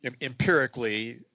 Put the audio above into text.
empirically